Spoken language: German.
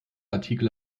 artikel